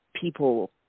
people